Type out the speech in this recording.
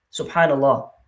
Subhanallah